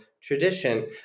tradition